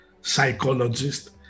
psychologist